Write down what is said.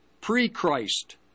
pre-Christ